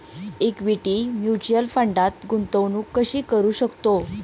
Equity mutual फंडात गुंतवणूक कशी करू शकतो?